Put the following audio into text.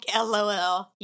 LOL